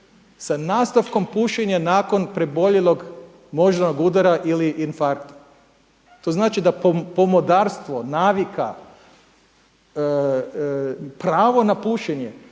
sa nastavkom pušenja nakon preboljenog moždanog udara ili infarkta. To znači da pomodarstvo navika, pravo na pušenje